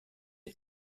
des